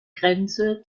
grenze